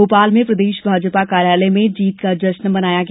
भोपाल में प्रदेश भाजपा कार्यालय में जीत का जश्न मनाया गया